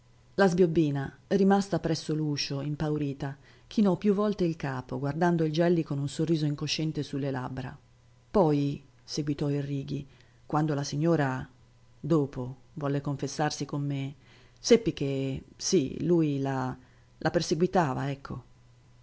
la sbiobbina rimasta presso l'uscio impaurita chinò più volte il capo guardando il gelli con un sorriso incosciente su le labbra poi seguitò il righi quando la signora dopo volle confessarsi con me seppi che sì lui la la perseguitava ecco